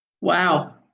Wow